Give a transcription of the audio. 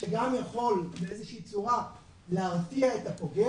שגם יכול באיזו שהיא צורה להרתיע את הפוגע